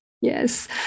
Yes